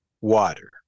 water